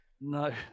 no